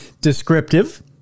descriptive